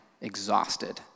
exhausted